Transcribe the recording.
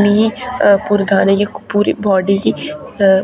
मिगी पूरे दाने पूरी बॉड़ी गी